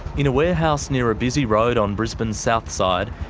in a warehouse near a busy road on brisbane's south side,